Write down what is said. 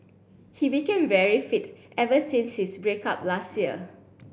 he became very fit ever since his break up last year